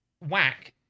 whack